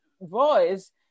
voice